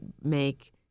make